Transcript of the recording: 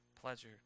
pleasure